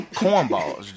cornballs